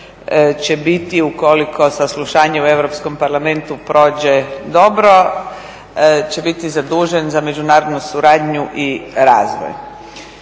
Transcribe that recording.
će biti, ukoliko saslušanje u Europskom parlamentu prođe dobro, će biti zadužen za međunarodnu suradnju i razvoj.